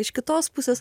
iš kitos pusės